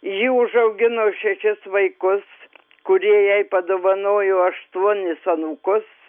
ji užaugino šešis vaikus kurie jai padovanojo aštuonis anūkus